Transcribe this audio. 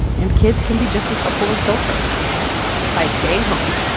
and kids can be just as helpful as adults right now by staying home,